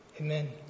Amen